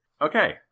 Okay